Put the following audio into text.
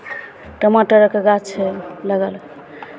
टमाटरके गाछ छै लगल